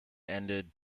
ended